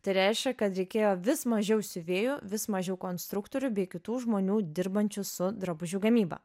tai reiškia kad reikėjo vis mažiau siuvėjų vis mažiau konstruktorių bei kitų žmonių dirbančių su drabužių gamyba